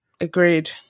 Agreed